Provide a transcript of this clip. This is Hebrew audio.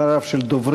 מספר רב של דוברים,